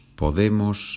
podemos